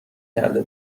کرده